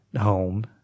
home